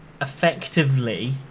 effectively